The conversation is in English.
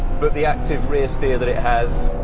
but the active rear steer that it has,